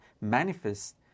manifest